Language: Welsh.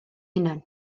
hunain